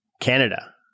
Canada